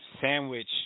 sandwich